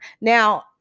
Now